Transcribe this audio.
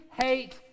hate